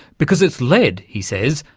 because it's led, he says,